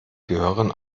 gehören